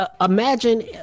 imagine